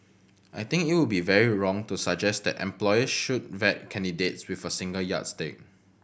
I think it would be very wrong to suggest that employers should vet candidates with a single yardstick